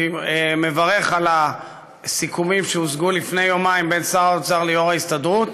אני מברך על הסיכומים שהושגו לפני יומיים בין שר האוצר ליו"ר ההסתדרות,